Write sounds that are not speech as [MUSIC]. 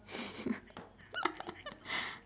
[LAUGHS]